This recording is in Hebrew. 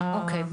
אוקי.